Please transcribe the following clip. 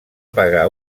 pagar